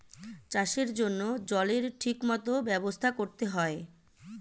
চাষের জন্য জলের ঠিক মত ব্যবস্থা করতে হয়